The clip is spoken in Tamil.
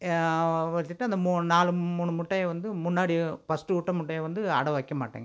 வெச்சுட்டு அந்த மூ நாலு மூணு முட்டையை வந்து முன்னாடி ஃபஸ்ட்டு விட்ட முட்டையை வந்து அடை வைக்க மாட்டேங்க